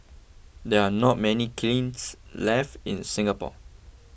there are not many kilns left in Singapore